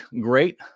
great